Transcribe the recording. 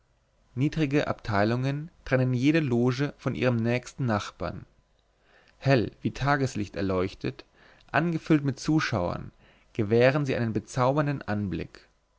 niedrige abteilungen trennen jede loge von ihren nächsten nachbarn hell wie tageslicht erleuchtet angefüllt mit zuschauern gewähren sie einen bezaubernden anblick